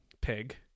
pig